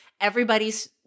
everybody's